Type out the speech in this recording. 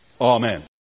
Amen